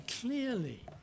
clearly